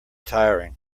tiring